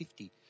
50